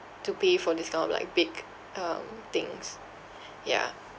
to pay for this kind of like big um things yeah